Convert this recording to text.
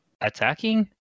Attacking